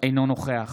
אינו נוכח